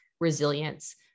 resilience